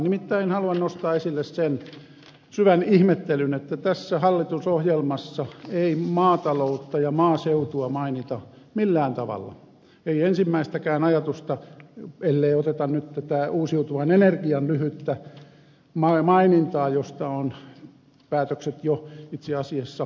nimittäin haluan nostaa esille sen syvän ihmettelyn että tässä hallitusohjelmassa ei maataloutta ja maaseutua mainita millään tavalla ei ensimmäistäkään ajatusta ellei oteta huomioon nyt tätä uusiutuvan energian lyhyttä mainintaa josta on päätökset jo itse asiassa tehty